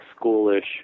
schoolish